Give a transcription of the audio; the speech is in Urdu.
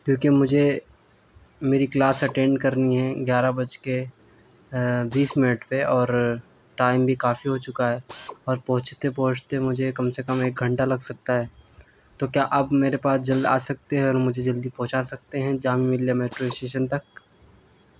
کیوںکہ مجھے میری کلاس اٹینڈ کرنی ہے گیارہ بج کے بیس منٹ پہ اور ٹائم بھی کافی ہو چکا ہے اور پہنچتے پہنچتے مجھے کم سے کم ایک گھنٹہ لگ سکتا ہے تو کیا آپ میرے پاس جلد آ سکتے ہیں اور مجھے جلدی پہنچا سکتے ہیں جامعہ ملیہ میٹرو اسٹیشن تک